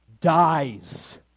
dies